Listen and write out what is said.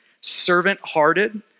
servant-hearted